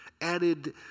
added